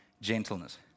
gentleness